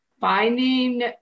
finding